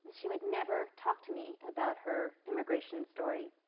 she would never talk to me about her immigration story.